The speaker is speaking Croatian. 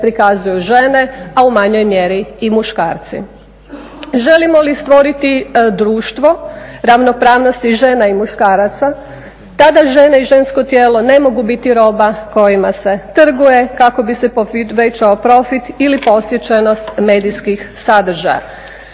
prikazuju žene, a u manjoj mjeri i muškarci. Želimo li stvoriti društvo ravnopravnosti žena i muškaraca tada žene i žensko tijelo ne mogu biti roba kojima se trguje kako bi se povećao profit ili posjećenost medijskih sadržaja.